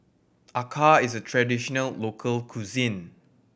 Acar is a traditional local cuisine